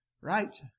right